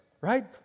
right